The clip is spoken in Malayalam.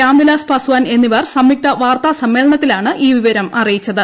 രാംവിലാസ് പാസ്പാൻ എന്നിവർ സംയുക്ത വാർത്താ സമ്മേളനത്തിലാണ് ഈ വിവരം അറിയിച്ചത്